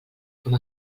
com